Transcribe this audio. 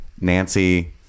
Nancy